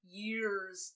years